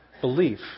belief